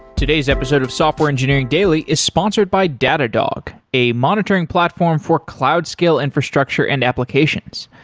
today's episode of software engineering daily is sponsored by datadog, a monitoring platform for cloud scale infrastructure and applications.